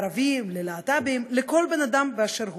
לערבים, ללהט"בים, לכל בן אדם באשר הוא.